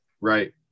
Right